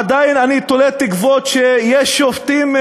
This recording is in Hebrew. עדיין אני תולה תקוות שיש שופטים,